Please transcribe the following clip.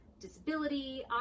disability